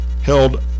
held